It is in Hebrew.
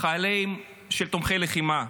חיילים תומכי לחימה.